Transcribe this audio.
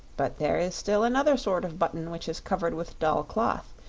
but there is still another sort of button which is covered with dull cloth,